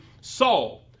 Saul